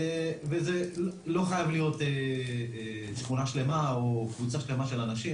וזה לא חייב להיות שכונה שלמה או קבוצה שלמה של אנשים,